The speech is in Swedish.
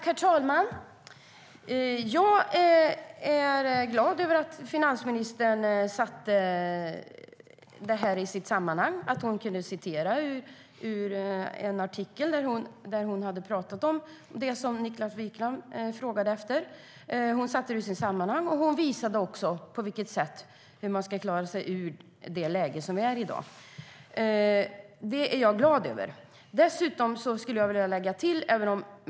Herr talman! Jag är glad över att finansministern satte det hela i dess rätta sammanhang och också kunde citera ur den artikel där hon talade om det som Niklas Wykman frågade efter. Hon visade även på vilket sätt vi ska klara oss ur det läge vi i dag befinner oss i. Det är jag glad över.